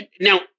Now